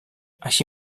així